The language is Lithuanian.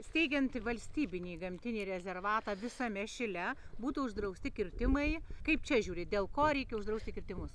steigiant valstybinį gamtinį rezervatą visame šile būtų uždrausti kirtimai kaip čia žiūri dėl ko reikia uždrausti kirtimus